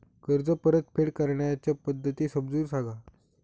कर्ज परतफेड करण्याच्या पद्धती समजून सांगा